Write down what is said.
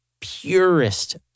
purest